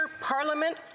Parliament